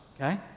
okay